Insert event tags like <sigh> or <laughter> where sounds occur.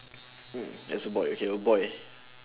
<noise> that's a boy okay a boy